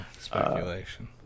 Speculation